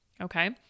okay